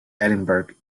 edinburgh